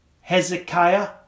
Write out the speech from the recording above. Hezekiah